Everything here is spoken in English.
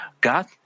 God